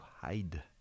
hide